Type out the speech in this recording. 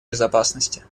безопасности